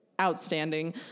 outstanding